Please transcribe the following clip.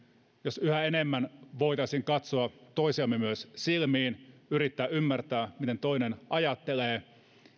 jos yhä enemmän voitaisiin katsoa toisiamme silmiin ja yrittää ymmärtää miten toinen ajattelee